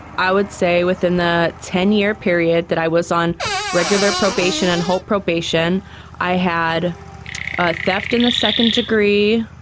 i would say within the ten year period that i was on regular probation and hope probation i had theft in the second degree,